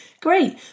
great